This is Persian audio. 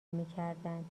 میکردند